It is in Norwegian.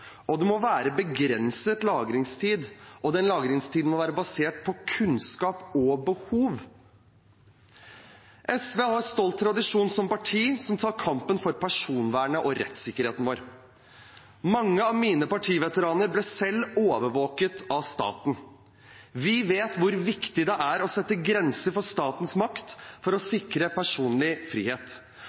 det må være begrenset lagringstid, og den lagringstiden må være basert på kunnskap og behov. SV har som parti en stolt tradisjon for å ta kampen for personvernet og rettssikkerheten vår. Mange av mine partiveteraner ble selv overvåket av staten. Vi vet hvor viktig det er å sette grenser for statens makt for å sikre personlig frihet.